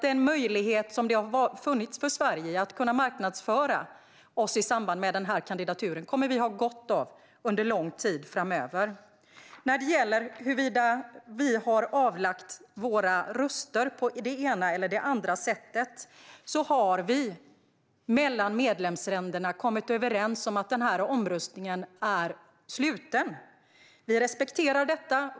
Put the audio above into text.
Den möjlighet att marknadsföra Sverige som funnits i samband med den här kandidaturen tror jag att vi kommer att ha gott av under lång tid framöver. När det gäller huruvida vi har avlagt våra röster på det ena eller det andra sättet har vi, medlemsländerna emellan, kommit överens om att den här omröstningen är sluten. Vi respekterar detta.